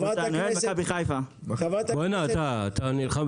חברת הכנסת אמילי